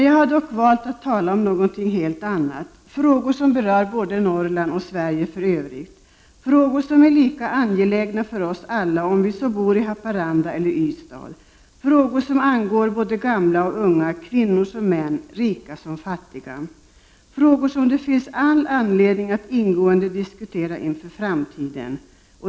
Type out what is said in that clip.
Jag har dock valt att tala om någonting helt annat, nämligen frågor som berör både Norrland och Sverige för övrigt, frågor som är lika angelägna för oss alla om vi så bor i Haparanda eller i Ystad, frågor som angår både gamla och unga, kvinnor som män, rika som fattiga. Detta är frågor som det finns all anledning att ingående diskutera inför framtiden.